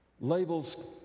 Labels